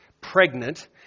pregnant